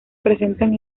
presentan